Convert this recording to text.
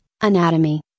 anatomy